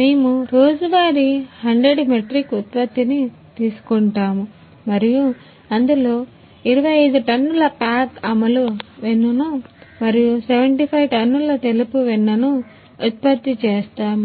మేము రోజువారీ 100 మెట్రిక్ ఉత్పత్తిని తీసుకుంటాము మరియు అందులో 25 టన్నుల ప్యాక్ అముల్ వెన్నను మరియు 75 టన్నుల తెలుపు వెన్నను ఉత్పత్తి చేస్తాము